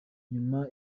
nyuma